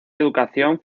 educación